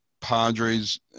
Padres